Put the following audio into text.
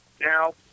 Now